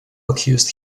accused